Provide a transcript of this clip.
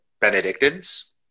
Benedictines